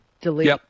delete